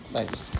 Thanks